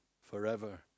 forever